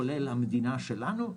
כולל המדינה שלנו,